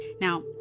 Now